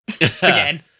again